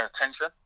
attention